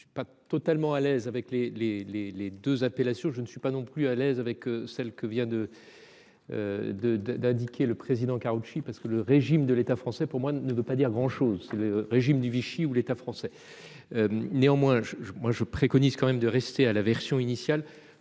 Je suis pas totalement à l'aise avec les les les les 2 appellations. Je ne suis pas non plus à l'aise avec celle que vient de. De de d'indiquer le président Karoutchi parce que le régime de l'état français pour moi ne veut pas dire grand chose, c'est le régime de Vichy ou l'État français. Néanmoins je je moi je préconise quand même de rester à la version initiale.